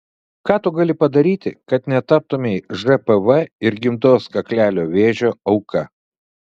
ką tu gali padaryti kad netaptumei žpv ir gimdos kaklelio vėžio auka